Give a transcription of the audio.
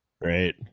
Right